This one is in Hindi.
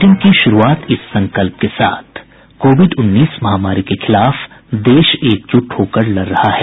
बुलेटिन की शुरूआत इस संकल्प के साथ कोविड उन्नीस महामारी के खिलाफ देश एकजुट होकर लड़ रहा है